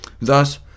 Thus